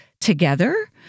together